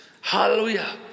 Hallelujah